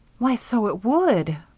why, so it would,